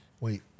Wait